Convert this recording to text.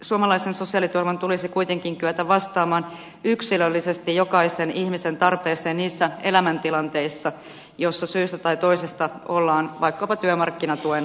suomalaisen sosiaaliturvan tulisi kuitenkin kyetä vastaamaan yksilöllisesti jokaisen ihmisen tarpeeseen niissä elämäntilanteissa joissa syystä tai toisesta ollaan vaikkapa työmarkkinatuen piirissä